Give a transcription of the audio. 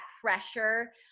pressure